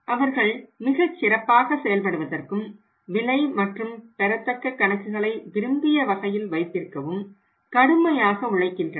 அவர்கள் மிகச் சிறப்பாக செயல்படுவதற்கும் விலை மற்றும் பெறத்தக்க கணக்குகளை விரும்பிய வகையில் வைத்திருக்கவும் கடுமையாக உழைக்கின்றனர்